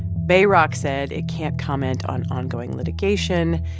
bayrock said it can't comment on ongoing litigation.